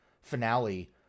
finale